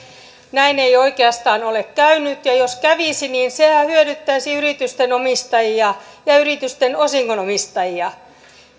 näin ei oikeastaan ole käynyt ja jos kävisi niin sehän hyödyttäisi yritysten omistajia ja yritysten osingonomistajia